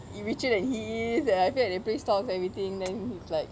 richer than him and I feel like they play stocks everything then it's like